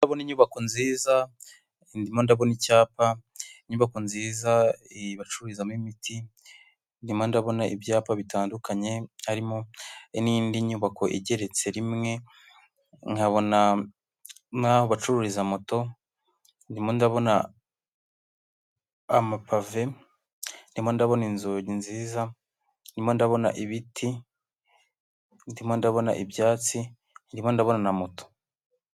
Ndabona inyubako nziza, ndimo ndabona icyapa, inyubako nziza bacururizamo imiti, nyuma ndabona ibyapa bitandukanye harimo n'indi nyubako igeretse rimwe, nkabona n'aho bacururiza moto, ndimo ndabona amapave, ndimo ndabona inzugi nziza, ndimo ndabona ibiti, ndimo ndabona ibyatsi, ndimo ndabona na moto.